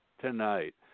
tonight